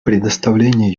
предоставление